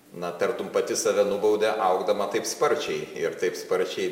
na tartum pati save nubaudė augdama taip sparčiai ir taip sparčiai